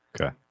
Okay